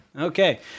Okay